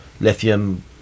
lithium